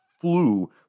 flew